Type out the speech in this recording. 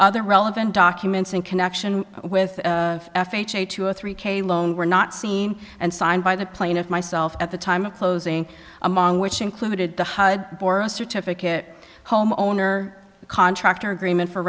other relevant documents in connection with f h a two or three k loan were not seen and signed by the plaintiff myself at the time of closing among which included the hud certificate home owner contractor agreement for